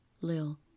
Lil